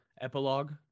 epilogue